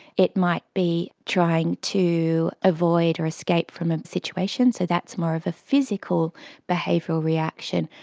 it might be trying to avoid or escape from ah situations, so that's more of a physical behavioural reaction.